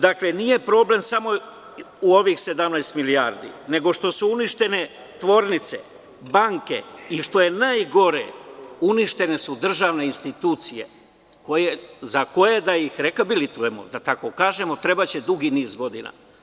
Dakle, nije problem samo u ovih 17 milijardi, nego što su uništene tvornice, banke i, što je najgore, uništene su državne institucije za koje da ih rehabilitujemo trebaće dug niz godina.